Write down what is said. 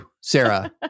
Sarah